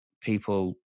people